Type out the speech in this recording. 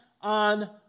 on